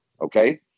Okay